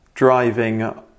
driving